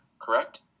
correct